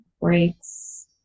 breaks